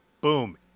Boom